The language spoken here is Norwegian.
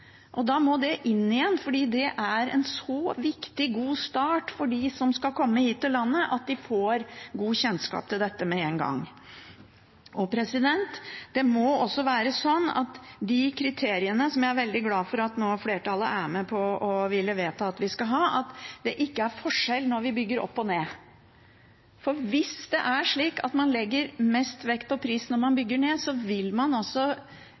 lokalsamfunnet. Da må det inn igjen, for det er en så viktig, god start for dem som skal komme hit til landet, at de får god kjennskap til dette med en gang. Det må også være slik med kriteriene, som jeg er veldig glad for at flertallet nå er med på å ville vedta at vi skal ha, at det ikke er forskjell når vi bygger opp og ned. For hvis det er slik at man legger mest vekt på pris når man bygger ned, vil man